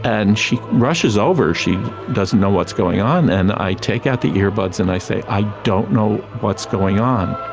and she rushes over, she doesn't know what's going on, and i take out the earbuds and i say, i don't know what's going on,